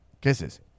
Kisses